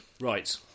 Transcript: Right